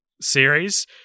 series